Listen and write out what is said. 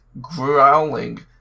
growling